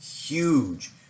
huge